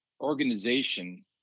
organization